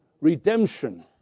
redemption